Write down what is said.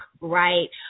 right